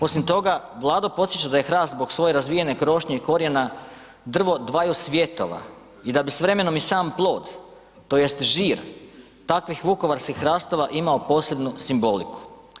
Osim toga Vlado podsjeća da je hrast zbog svoje razvijene krošnje i korijena drvo dvaju svjetova i da bi s vremenom i sam plod tj. žir takvih vukovarskih hrastova imao posebnu simboliku.